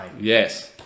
Yes